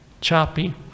choppy